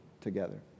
together